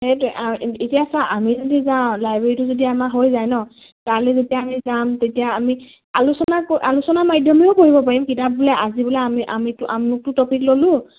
সেইটোৱে এতিয়া চা আমি যদি যাওঁ লাইব্ৰেৰীটো যদি আমাৰ হৈ যায় ন তালে যেতিয়া আমি যাম তেতিয়া আমি আলোচনা আলোচনাৰ মাধ্যমেৰেও পঢ়িব পাৰিম কিতাপ বোলে আজি বোলে আমি আমিতো আমুকটো টপিক ল'লোঁ